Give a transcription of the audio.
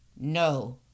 No